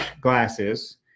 glasses